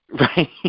Right